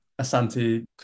Asante